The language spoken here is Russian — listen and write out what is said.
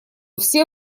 все